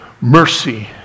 mercy